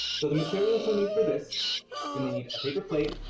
so the materials you'll need for this you'll need a paper plate,